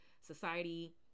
society